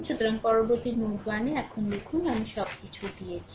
সুতরাং পরবর্তী নোড 1 এ এখন লিখুন আমি সবকিছু দিয়েছি